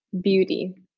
beauty